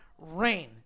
rain